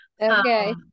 okay